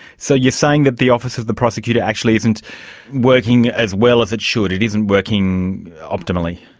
so you're saying that the office of the prosecutor actually isn't working as well as it should, it isn't working optimally?